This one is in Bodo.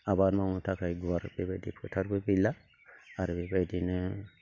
आबाद मावनो थाखाय गुवार बेबायदि फोथारबो गैला आरो बेबायदिनो